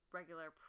regular